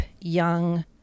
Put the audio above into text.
young